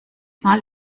mal